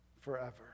forever